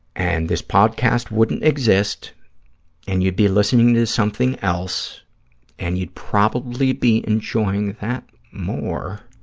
and this podcast wouldn't exist and you'd be listening to something else and you'd probably be enjoying that more.